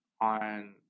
on